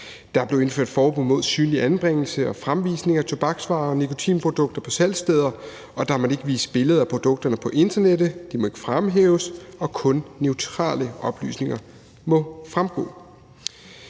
Der blev indført et forbud mod synlig anbringelse og fremvisning af tobaksvarer og nikotinprodukter på salgssteder, og der må ikke vises billeder af produkterne på internettet. De må heller ikke fremhæves, og kun neutrale oplysninger må fremgå.